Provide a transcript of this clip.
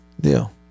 deal